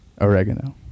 oregano